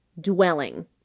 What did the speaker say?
dwelling